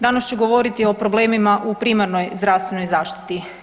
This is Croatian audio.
Danas ću govoriti o problemima u primarnoj zdravstvenoj zaštiti.